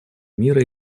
мира